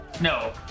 No